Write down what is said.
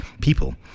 people